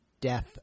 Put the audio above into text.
death